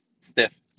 stiff